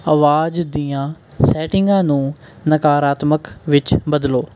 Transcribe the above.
ਅਵਾਜ਼ ਦੀਆਂ ਸੈਟਿੰਗਾਂ ਨੂੰ ਨਕਾਰਾਤਮਕ ਵਿੱਚ ਬਦਲੋ